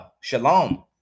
shalom